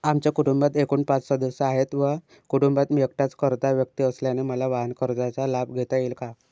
आमच्या कुटुंबात एकूण पाच सदस्य आहेत व कुटुंबात मी एकटाच कर्ता व्यक्ती असल्याने मला वाहनकर्जाचा लाभ घेता येईल का?